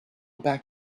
back